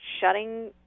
shutting